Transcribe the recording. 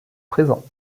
présents